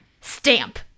stamp